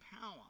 power